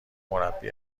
مربی